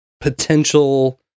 potential